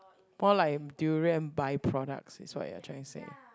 more like durian by products is what you are trying to say